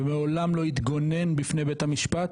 ומעולם לא התגונן בפני בית המשפט,